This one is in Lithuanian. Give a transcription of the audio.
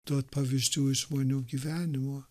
duot pavyzdžių iš žmonių gyvenimo